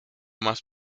más